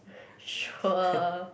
sure